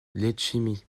letchimy